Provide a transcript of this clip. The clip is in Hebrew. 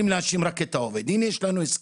להאשים רק את העובד והנה יש לנו הסכם,